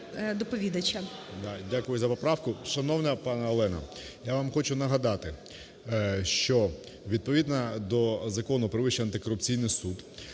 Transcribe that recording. Дякую за поправку. Шановна пані Олена, я вам хочу нагадати, що відповідно до Закону "Про Вищій антикорупційний суд",